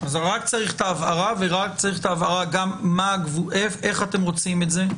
צריך הבהרה וגם הבהרה האומרת איך אתם רוצים את זה.